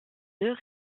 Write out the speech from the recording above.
deux